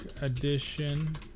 Edition